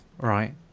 right